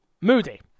moody